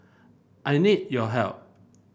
I need your help